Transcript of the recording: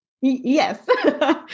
Yes